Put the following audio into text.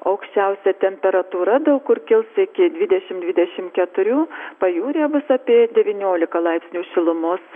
aukščiausia temperatūra daug kur kils iki dvidešim dvidešim keturių pajūryje bus apie devyniolika laipsnių šilumos